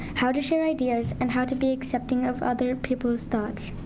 how to share ideas, and how to be accepting of other people's thoughts.